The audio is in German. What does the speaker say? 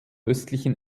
östlichen